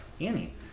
Annie